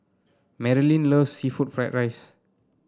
Marylin loves seafood Fried Rice